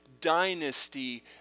dynasty